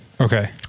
Okay